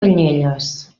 canyelles